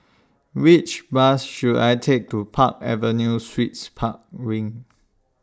Which Bus should I Take to Park Avenue Suites Park Wing